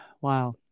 wow